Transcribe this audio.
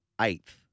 eighth